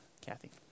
Kathy